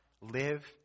live